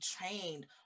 trained